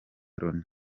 loni